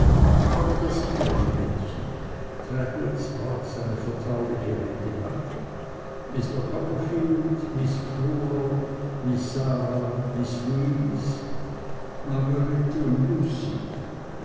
aber da sind ja die mädchen traddles brach seine vertrauliche rede ab mr copperfield miß crewler miß sarah miß luise margarete und